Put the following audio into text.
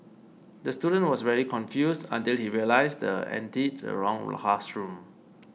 the student was very confused until he realised entered the wrong classroom